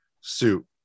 suit